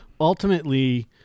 Ultimately